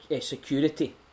security